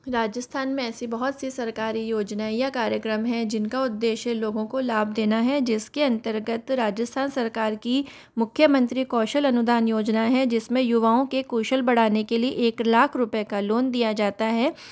राजस्थान में ऐसी बहुत सी सरकारी योजनाएँ या कार्यक्रम हैं जिन का उद्देश्य लोगों को लाभ देना है जिस के अंतर्गत राजस्थान सरकार की मुख्यमंत्री कौशल अनुदान योजना है जिस में युवाओं के कौशल बढ़ाने के लिए एक लाख रुपये का लोन दिया जाता है